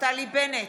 נפתלי בנט,